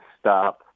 stop